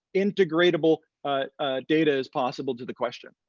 integratable data as possible to the question.